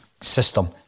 system